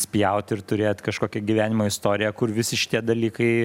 spjaut ir turėt kažkokią gyvenimo istoriją kur visi šitie dalykai